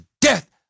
death